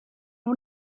nhw